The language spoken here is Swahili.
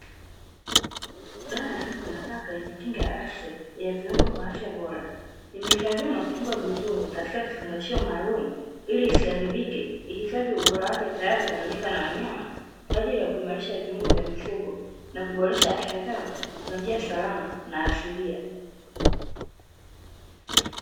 Dawa ya mbwa na paka yenye kinga ya asili ya viungo kwa afya bora imehifadhiwa na kufungwa vizuri katika kifungashio maalumu, ili isiharibike ihifadhi ubora wake tayari kutumika na wanyama kwa ajili ya kuimarisha viungo vya mifugo na kuboresha afya zao kwa njia salama na asilia.